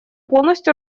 полностью